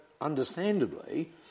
understandably